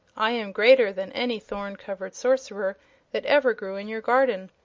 i am greater than any thorn-covered sorcerer that every grew in your garden.